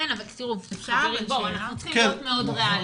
אנחנו צריכים להיות מאוד ריאליים.